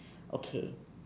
okay